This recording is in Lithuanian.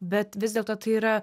bet vis dėlto tai yra